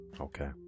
okay